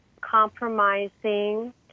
compromising